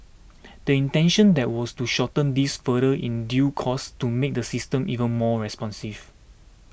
the intention then was to shorten this further in due course to make the system even more responsive